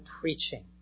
preaching